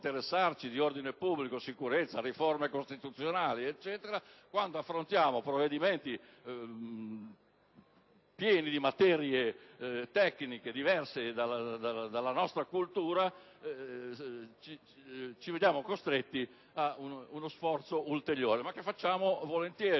di ordine pubblico, sicurezza, riforme costituzionali e quant'altro, e quando affrontiamo provvedimenti relativi a materie tecniche, diverse dalle nostre, ci vediamo costretti ad uno sforzo ulteriore che comunque facciamo volentieri,